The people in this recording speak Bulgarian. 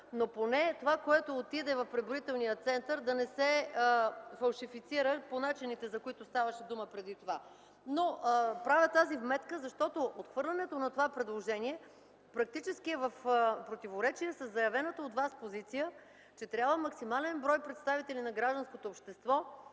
но поне това, което отиде в преброителния център, да не се фалшифицира по начините, за които ставаше дума преди това. Правя тази вметка, защото отхвърлянето на това предложение, практически е в противоречие със заявената от вас позиция, че максимален брой представители на гражданското общество